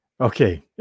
Okay